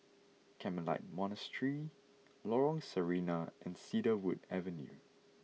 Carmelite Monastery Lorong Sarina and Cedarwood Avenue